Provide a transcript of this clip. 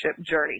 journey